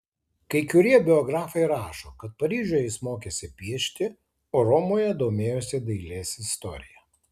kai kurie biografai rašo kad paryžiuje jis mokėsi piešti o romoje domėjosi dailės istorija